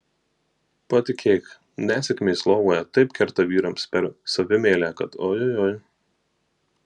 patikėk nesėkmės lovoje taip kerta vyrams per savimeilę kad oi oi oi